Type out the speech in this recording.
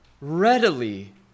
readily